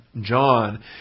John